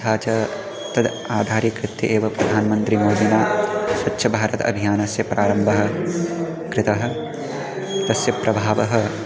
तथा च तद् आधारीकृत्य एव प्रधानमन्त्रिमोदिना स्वच्छभारत अभियानस्य प्रारम्भः कृतः तस्य प्रभावः